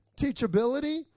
teachability